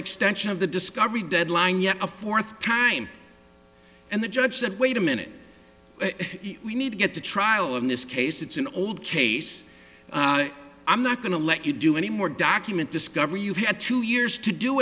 extension of the discovery deadline yet a fourth time and the judge said wait a minute we need to get to trial in this case it's an old case i'm not going to let you do any more document discovery you had two years to do